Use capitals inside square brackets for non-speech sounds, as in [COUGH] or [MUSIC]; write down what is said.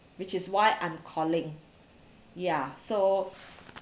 which is why I'm calling ya so [BREATH]